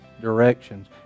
directions